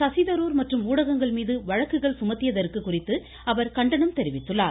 சசிதரூர் மற்றும் ஊடகங்கள் மீது வழக்குகள் சுமத்தியதற்கு குறித்து அவர் கண்டனம் தெரிவித்திருக்கிறார்